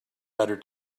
letter